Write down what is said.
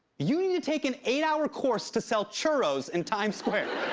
you need to take an eight-hour course to sell churros in times square.